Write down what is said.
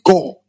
God